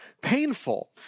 painful